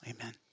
Amen